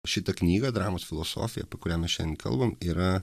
šitą knygą dramos filosofija kurią mes šiandien kalbam yra